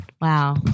wow